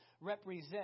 represent